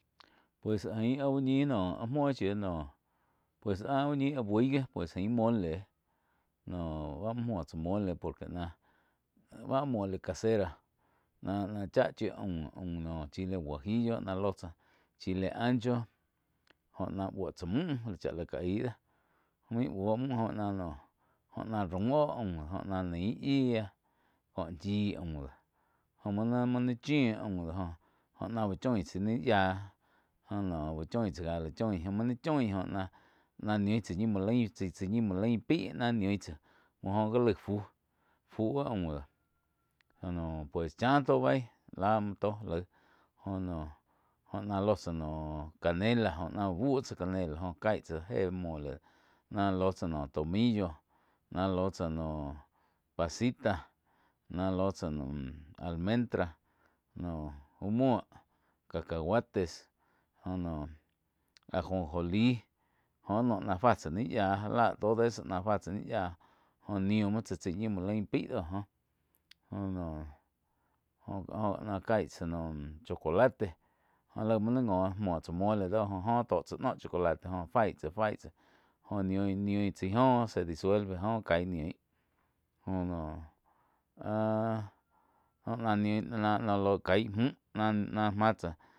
Pues ain áh úh ñih noh áh muo shiu noh pues áh úh ñi áh buih gi pues ain mole noh bá muo, muoh tsá mole por que náh báh mole casera náh-náh cháh chíu aum-aum no chile guajillo náh ló tsáh chile ancho jóh náh buo tsá mühh chá la ká aíh do main buoh müh jó náh noh raum óh aum joh náh naíh yíah kóh chí aum dó jóh muo ni chíu aum doh jóh, jóh náh úh choin tsáh ní yíah jóh no uh choin tsáh káh la choin jo muo nain choi jóh náh niun tsá ñi muo lain chaí-chái ñi muo lain pái náh niu tsáh oh jó wi laig fu, fu áh aum dóh joh no pues chá tó beí láh muo tó laih jóh noh, jóh ná ló tsá noh canela joh ná úh bú tsá canela jóh caí tsá jé mole náh ló tsá noh tomillo náh ló tsá noh pasita ná ló tsá noh almendra nóh úh muo cacahuates joh noh ajonjolí joh noh náh fá tsá ni yía já lá todo eso náh fá tsá ni yíah jóh nium muo tsá chái ñi muo lain paí doh jóh. Joh noh joh-joh náh cai tsá noh chocolate joh laig muo ni ngo muo tsá mole dó joh-joh tó tsá noh chocolate joh faí tsá fái tsá joh niu-niu tsai joh se disuelve joh cain niu joh noh áh joh na ni ná ló cai mu ná-ná máh tsá.